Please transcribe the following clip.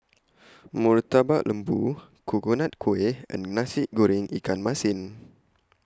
Murtabak Lembu Coconut Kuih and Nasi Goreng Ikan Masin